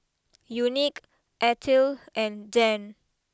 unique Ethyl and Dann